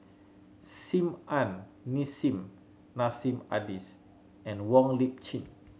Sim Ann Nissim Nassim Adis and Wong Lip Chin